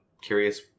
curious